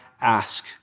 ask